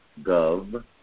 gov